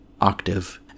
Octave